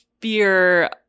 fear